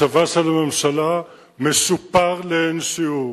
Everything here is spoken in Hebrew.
מצבה של הממשלה משופר לאין שיעור.